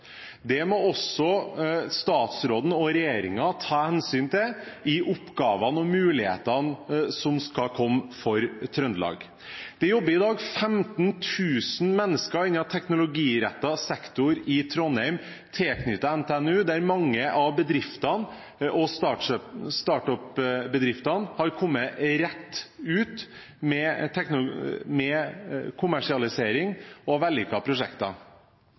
Det må også statsråden og regjeringen ta hensyn til i oppgavene og mulighetene som skal komme for Trøndelag. Det jobber i dag 15 000 mennesker innen teknologirettet sektor i Trondheim tilknyttet NTNU, der mange av bedriftene og startup-bedriftene har kommet rett ut, med kommersialisering og vellykkede prosjekter.